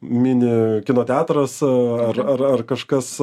mini kino teatras a ar ar kažkas